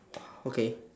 !wah! okay